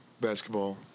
Basketball